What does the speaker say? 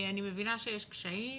אני מבינה שיש קשיים